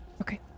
Okay